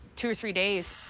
two or three days.